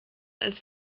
als